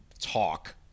talk